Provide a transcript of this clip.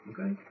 Okay